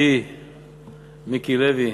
לוי,